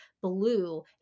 blue